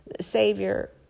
Savior